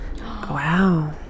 wow